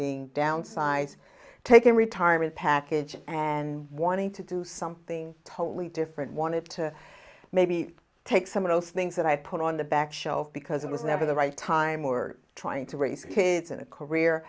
being downsized taking retirement package and wanting to do something totally different wanted to maybe take some of those things that i put on the back shelf because it was never the right time or trying to raise kids in a career